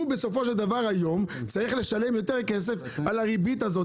הוא בסופו של דבר היום צריך לשלם יותר כסף על הריבית הזאת